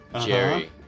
Jerry